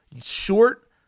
short